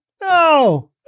No